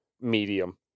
medium